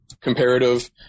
comparative